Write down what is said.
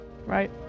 right